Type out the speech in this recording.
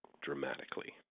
dramatically